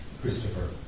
Christopher